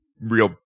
real